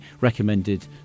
recommended